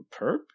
perp